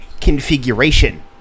configuration